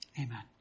Amen